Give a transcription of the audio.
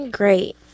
great